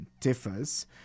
differs